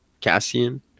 cassian